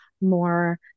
more